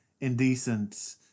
indecent